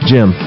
Jim